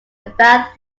about